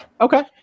Okay